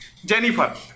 Jennifer